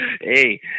Hey